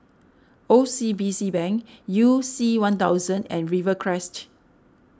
O C B C Bank You C one thousand and Rivercrest